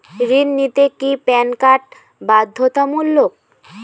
ঋণ নিতে কি প্যান কার্ড বাধ্যতামূলক?